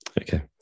okay